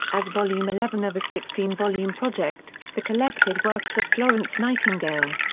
as volume eleven of a sixteen volume project, the collected works of florence nightingale.